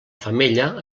femella